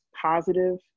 positive